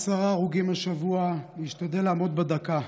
עשרה הרוגים השבוע, אני אשתדל לעמוד בדקה.